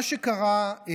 מה שקרה,